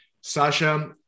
Sasha